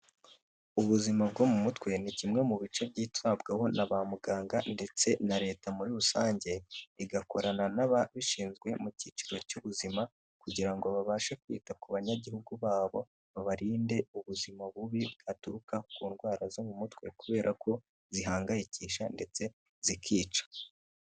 Ubuzima bwo mu mutwe ni kimwe mu bice byitabwaho na ba muganga ndetse na leta muri rusange, igakorana n'ababishinzwe mu cyiciro cy'ubuzima kugira ngo babashe kwita ku banyagihugu babo babarinde ubuzima bubi bwaturuka ku ndwara zo mu mutwe kubera ko zihangayikisha ndetse zikica.